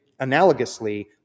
analogously